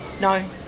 No